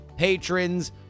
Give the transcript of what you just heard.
patrons